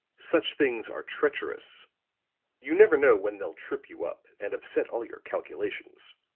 such things are treacherous you never know when they'll trip you up and upset all your calculations.